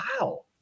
wow